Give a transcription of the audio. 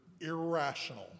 irrational